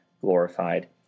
glorified